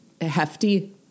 hefty